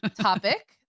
topic